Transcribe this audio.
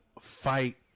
fight